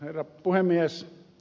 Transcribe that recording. herra puhemies